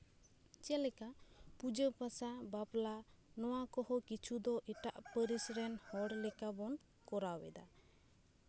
ᱡᱮᱞᱮᱠᱟ ᱯᱩᱡᱟᱹ ᱯᱟᱥᱟ ᱵᱟᱯᱞᱟ ᱱᱚᱣᱟ ᱠᱚᱦᱚᱸ ᱠᱤᱪᱷᱩ ᱫᱚ ᱮᱴᱟᱜ ᱯᱟᱹᱨᱤᱥ ᱨᱮᱱ ᱦᱚᱲ ᱞᱮᱠᱟ ᱵᱚᱱ ᱠᱚᱨᱟᱣ ᱮᱫᱟ